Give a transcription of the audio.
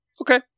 Okay